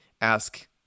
ask